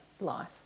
life